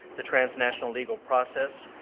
the transnational legal process,